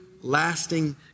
lasting